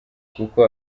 kuko